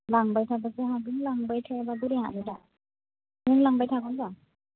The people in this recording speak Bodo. लांबायथाबासो हागोन लांबाय थायाबा बोरै हानो रा नों लांबाय थागोन दा